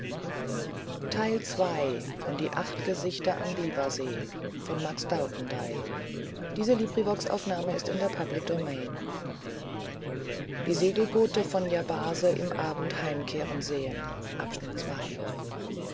die segelboote von yabase im abend heimkehren sehen